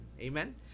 amen